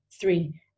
three